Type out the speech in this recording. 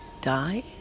die